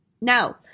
No